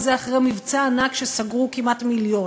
וזה אחרי מבצע ענק שסגרו בו כמעט מיליון.